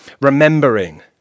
remembering